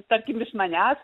tarkim iš manęs